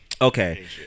Okay